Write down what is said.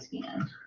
scan